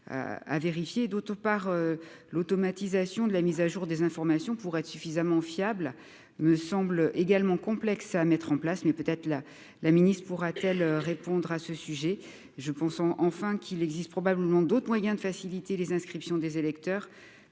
à vérifier, et d'autre part, l'automatisation de la mise à jour des informations pour être suffisamment fiables, me semble également complexe à mettre en place, mais peut être là la ministre pourra-t-elle répondre à ce sujet, je pense en enfin qu'il existe probablement d'autres moyens de faciliter les inscriptions des électeurs